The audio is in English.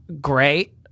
great